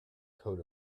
coat